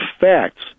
facts